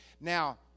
Now